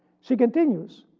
she continues.